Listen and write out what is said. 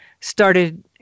started